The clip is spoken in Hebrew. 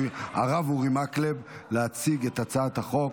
הרב אורי מקלב להציג את הצעת החוק.